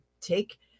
take